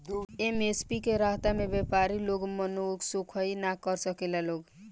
MSP के रहता में व्यपारी लोग मनसोखइ ना कर सकेला लोग